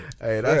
Hey